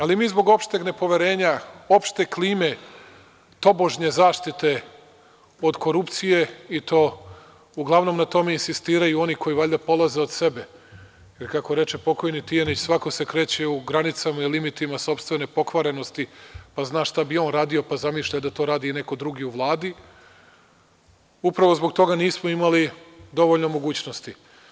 Ali, mi zbog opšteg nepoverenja, opšte klime tobožnje zaštite od korupcije, a uglavnom na tome insistiraju oni koji valjda polaze od sebe, jer kako reče pokojni Tijanić – svako se kreće u granicama i limitima sopstvene pokvarenosti, zna šta bi on radio, pa zamišlja da to radi i neko drugi u Vladi, upravo zbog toga nismo imali dovoljno mogućnosti.